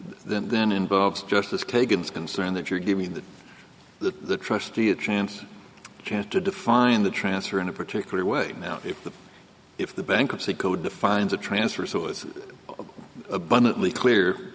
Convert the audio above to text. than then involves justice kagan is concerned that you're giving that the trustee a chance you have to define the transfer in a particular way now if the if the bankruptcy code finds a transfers it was abundantly clear